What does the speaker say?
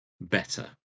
better